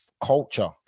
culture